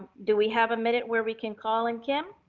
do we have a minute where we can call and kim.